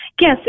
Yes